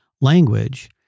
language